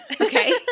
Okay